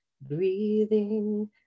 breathing